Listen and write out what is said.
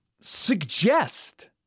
suggest